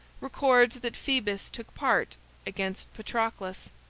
records that phoebus took part against patroclus.